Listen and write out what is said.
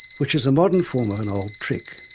which is a modern form of an old trick.